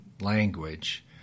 language